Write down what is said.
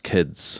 Kids